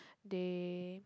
they